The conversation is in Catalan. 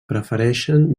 prefereixen